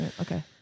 Okay